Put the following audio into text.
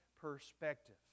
perspective